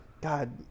God